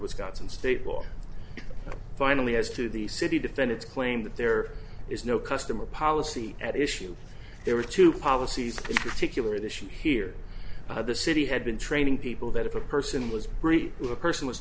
and state law finally as to the city defend its claim that there is no customer policy at issue there were two policies in particular the issue here the city had been training people that if a person was a person was